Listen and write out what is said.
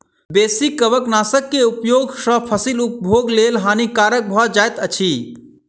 बेसी कवकनाशक के उपयोग सॅ फसील उपभोगक लेल हानिकारक भ जाइत अछि